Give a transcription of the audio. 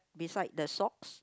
beside the socks